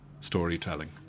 storytelling